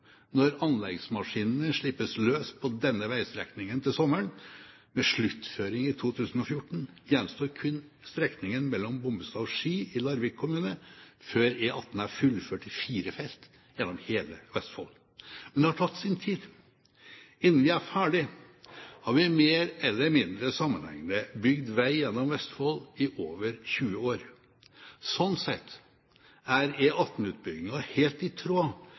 Når anleggsmaskinene slippes løs på denne veistrekningen til sommeren, med sluttføring i 2014, gjenstår kun strekningen mellom Bommestad og Sky i Larvik kommune før E18 er fullført i fire felt gjennom hele Vestfold. Men det har tatt sin tid. Innen vi er ferdig, har vi mer eller mindre sammenhengende bygd vei gjennom Vestfold i over 20 år. Sånn sett er E18-utbyggingen helt i tråd